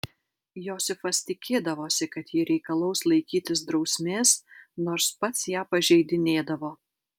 josifas tikėdavosi kad ji reikalaus laikytis drausmės nors pats ją pažeidinėdavo